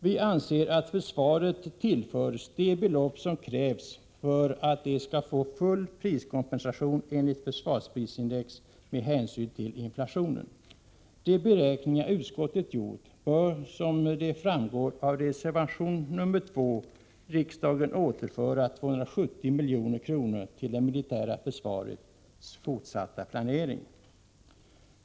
Vi anser att försvaret bör tillföras det belopp som krävs för att ge full priskompensation enligt försvarsprisindex med hänsyn till inflationen. Enligt de beräkningar som utskottet gjort bör, som framgår av reservation 2, riksdagen återföra 270 milj.kr. till det militära försvarets fortsatta planering.